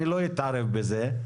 אני לא אתערב בזה,